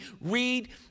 read